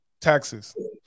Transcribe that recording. taxes